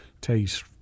taste